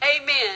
Amen